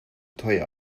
teuer